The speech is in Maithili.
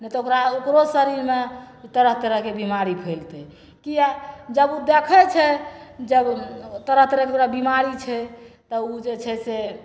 नहि तऽ ओकरा ओकरो शरीरमे तरह तरहके बेमारी फैलतै किएक जब ओ देखै छै जब तरह तरहके ओकरा बेमारी छै तऽ ओ जे छै से